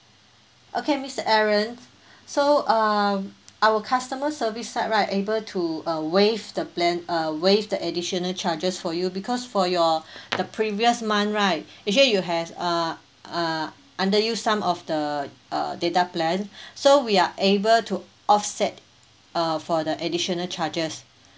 okay mister aaron so uh our customer service side right able to uh waive the plan uh waive the additional charges for you because for your the previous month right actually you has uh uh underuse some of the uh data plan so we are able to offset uh for the additional charges